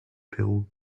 peru